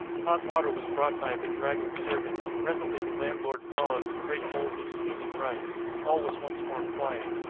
hot water was brought by a bedraggled servant, and presently the landlord followed with great bowls of steaming rice. all was once more quiet.